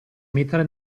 mettere